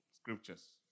scriptures